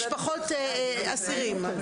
במשפחות אסירים.